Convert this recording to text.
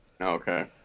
Okay